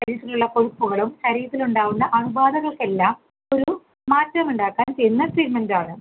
ശരീരത്തിലുള്ള കൊഴുപ്പുകളും ശരീരത്തിൽ ഉണ്ടാവുന്ന അണുബാധകൾക്കെല്ലാം ഒരു മാറ്റമുണ്ടാക്കാൻ ചെയ്യുന്ന ട്രീറ്റ്മെൻറ് ആണ്